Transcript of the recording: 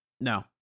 No